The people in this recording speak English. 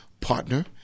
partner